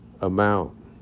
amount